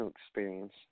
experience